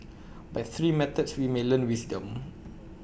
by three methods we may learn wisdom